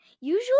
usually